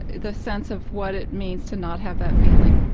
the sense of what it means to not have that feeling?